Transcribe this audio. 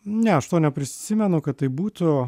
ne aš to neprisimenu kad taip būtų